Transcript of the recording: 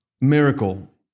miracle